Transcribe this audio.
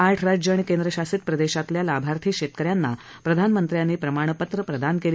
आठ राज्य आणि केंद्रशासित प्रदेशातल्या लाभार्थी शेतकऱ्यांना प्रधामंत्र्यांनी प्रमाणपत्रं प्रदान केली